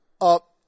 up